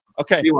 Okay